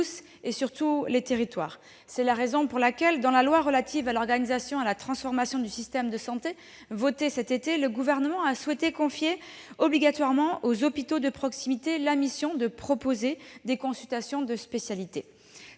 ce sur tous les territoires. C'est la raison pour laquelle le Gouvernement a souhaité, dans la loi relative à l'organisation et à la transformation du système de santé votée l'été dernier, confier obligatoirement aux hôpitaux de proximité la mission de proposer des consultations de spécialités.